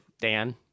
Dan